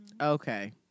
Okay